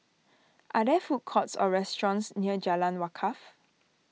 are there food courts or restaurants near Jalan Wakaff